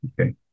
okay